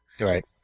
Right